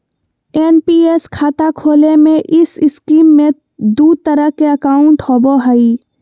NPS खाता खोले में इस स्कीम में दू तरह के अकाउंट होबो हइ